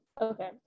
okay